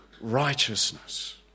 righteousness